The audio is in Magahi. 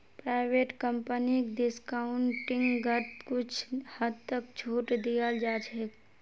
प्राइवेट कम्पनीक डिस्काउंटिंगत कुछ हद तक छूट दीयाल जा छेक